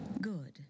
good